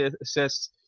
assists